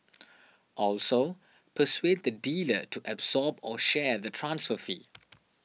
also persuade the dealer to absorb or share the transfer fee